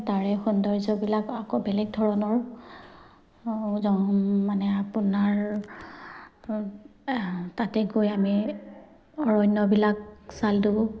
তাৰে সৌন্দৰ্যবিলাক আকৌ বেলেগ ধৰণৰ মানে আপোনাৰ তাতে গৈ আমি অৰণ্যবিলাক চালো